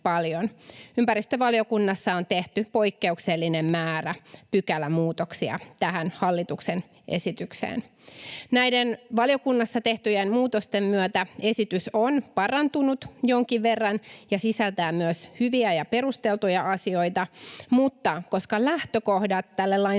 Ympäristövaliokunnassa on tehty poikkeuksellinen määrä pykälämuutoksia tähän hallituksen esitykseen. Näiden valiokunnassa tehtyjen muutosten myötä esitys on parantunut jonkin verran ja sisältää myös hyviä ja perusteltuja asioita, mutta koska lähtökohdat tälle lainsäädännölle